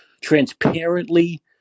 transparently